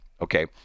Okay